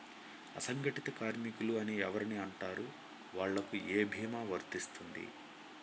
అసంగటిత కార్మికులు అని ఎవరిని అంటారు? వాళ్లకు ఏ భీమా వర్తించుతుంది?